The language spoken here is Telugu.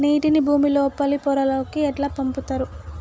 నీటిని భుమి లోపలి పొరలలోకి ఎట్లా పంపుతరు?